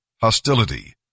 Hostility